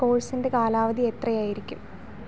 കോഴ്സിന്റെ കാലാവധി എത്രയായിരിക്കും